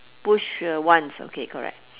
push here once okay correct